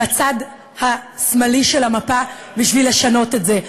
בצד השמאלי של המפה בשביל לשנות את זה.